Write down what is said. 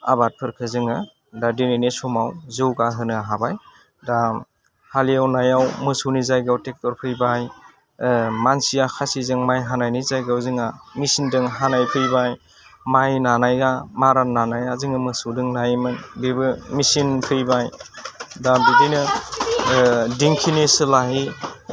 आबादफोरखौ जोङो दा दिनैनि समाव जौगा होनो हाबाय दा हालेवनायाव मोसौनि जायगायाव टेक्टर फैबाय मानसिया खासिजों माय हानायनि जायगायाव जोंहा मिचिनदों हानाय फैबाय माय नानाया मारा नानाया जोङो मोसौजों नायोमोन बेबो मिचिन फैबाय दा बिदिनो दिंखिनि सोलायै